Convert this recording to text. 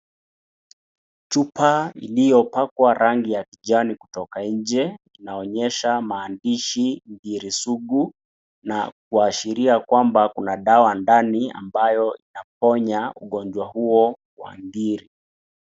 Chupa iliyopakwa rangi ya kijani kutoka nje inaonyesha maandishi ngirisugu na kuashiria kwamba kuna dawa ndani ambayo inaponya ugonjwa huo wa ngiri.